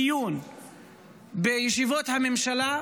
דיון בישיבות הממשלה,